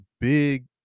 big